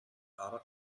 арга